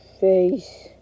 face